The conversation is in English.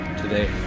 today